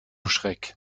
schreck